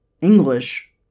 English